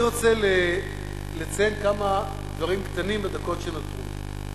אני רוצה לציין כמה דברים קטנים בדקות שנותרו לי.